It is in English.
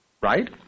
Right